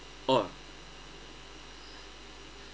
oh